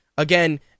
Again